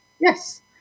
Yes